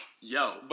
Yo